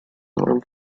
norm